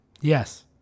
Yes